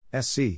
SC